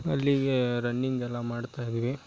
ಅಲ್ಲಿಗೆ ರನ್ನಿಂಗ್ ಎಲ್ಲ ಮಾಡ್ತಾಯಿದ್ದೀವಿ